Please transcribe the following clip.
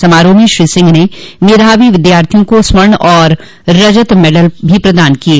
समारोह में श्री सिंह ने मेधावी विद्यार्थियों को स्वर्ण और रजत मेडल भी प्रदान किये